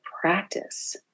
practice